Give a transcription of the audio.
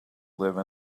live